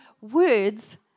words